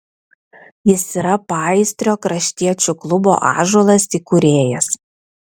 jis yra paįstrio kraštiečių klubo ąžuolas įkūrėjas